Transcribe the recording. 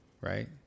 right